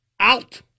out